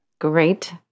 Great